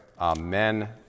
Amen